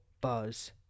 buzz